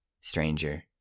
stranger